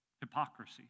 hypocrisy